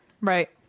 right